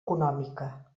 econòmica